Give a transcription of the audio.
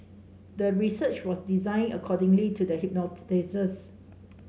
the research was designed accordingly to the